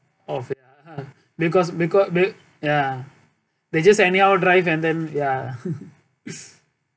of it lah because becau~ be~ ya they just anyhow drive and then ya